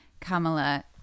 Kamala